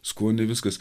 skoniai viskas